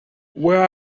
where